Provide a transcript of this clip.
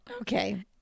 Okay